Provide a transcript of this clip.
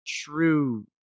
true